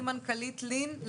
מנכ"לית לי"ן,